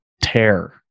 tear